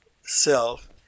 self